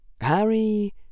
Harry